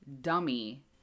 dummy